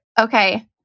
Okay